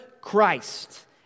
Christ